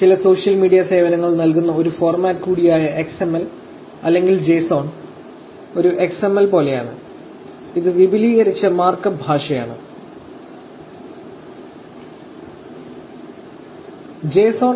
ചില social media സേവനങ്ങൾ നൽകുന്ന ഒരു ഫോർമാറ്റ് കൂടിയായ XML അല്ലെങ്കിൽ JSON ഒരു എക്സ്എംഎൽ പോലെയാണ് ഇത് വിപുലീകരിച്ച മാർക്ക് അപ്പ് ഭാഷയാണ് എക്സ്സ്റ്റെൻഡഡ് മാർക്ക് അപ്പ് ലാംഗ്വേജ്